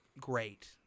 great